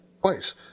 Twice